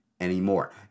anymore